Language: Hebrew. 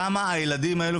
כמה הילדים האלה,